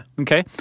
Okay